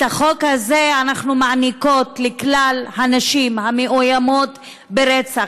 את החוק הזה אנחנו מעניקות לכלל הנשים המאוימות ברצח,